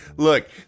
Look